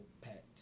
pet